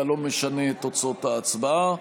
אבל לא משנה את תוצאות ההצבעה.